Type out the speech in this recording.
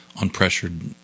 unpressured